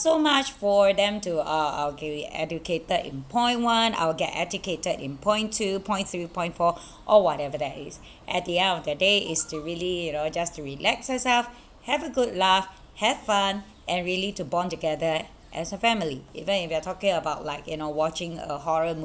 so much for them to uh I'll get educated in point one I'll get educated in point two point three point four or whatever that is at the end of the day it's to really you know just to relax yourself have a good laugh have fun and really to bond together as a family even if you are talking about like you know watching a horror